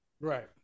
Right